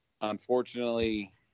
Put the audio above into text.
unfortunately